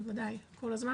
כל הזמן,